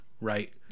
right